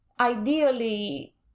Ideally